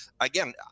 again